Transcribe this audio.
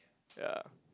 ya